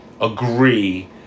agree